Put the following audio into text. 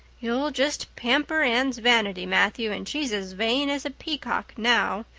you'll just pamper anne's vanity, matthew, and she's as vain as a peacock now.